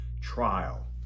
trial